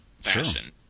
Fashion